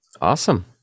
Awesome